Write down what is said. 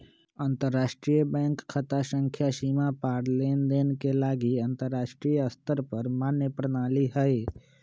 अंतरराष्ट्रीय बैंक खता संख्या सीमा पार लेनदेन के लागी अंतरराष्ट्रीय स्तर पर मान्य प्रणाली हइ